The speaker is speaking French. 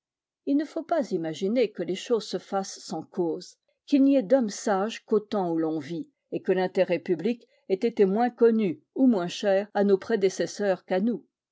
il ne faut pas imaginer que les choses se fassent sans cause qu'il n'y ait d'hommes sages qu'au temps où l'on vit et que l'intérêt public ait été moins connu ou moins cher à nos prédécesseurs qu'à nous